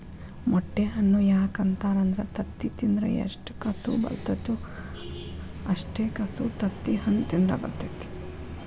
ಮೊಟ್ಟೆ ಹಣ್ಣು ಯಾಕ ಅಂತಾರ ಅಂದ್ರ ತತ್ತಿ ತಿಂದ್ರ ಎಷ್ಟು ಕಸು ಬರ್ತೈತೋ ಅಷ್ಟೇ ಕಸು ತತ್ತಿಹಣ್ಣ ತಿಂದ್ರ ಬರ್ತೈತಿ